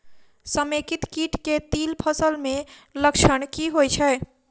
समेकित कीट केँ तिल फसल मे लक्षण की होइ छै?